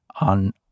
on